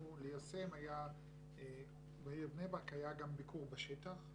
ליישם בעיר בני ברק היה גם ביקור בשטח,